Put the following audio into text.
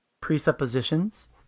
presuppositions